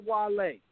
Wale